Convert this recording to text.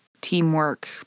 teamwork